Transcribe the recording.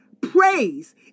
Praise